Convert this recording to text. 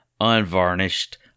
unvarnished